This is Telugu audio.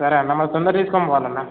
సరే అన్న మరి తొందరగా తీసుకొని పోవాలి అన్న